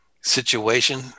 situation